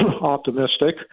optimistic